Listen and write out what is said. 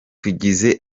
tugize